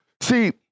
See